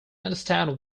understand